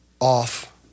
Off